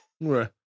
Right